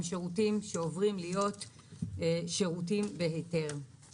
שירותים שעוברים להיות שירותים בהיתר.